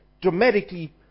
dramatically